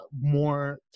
more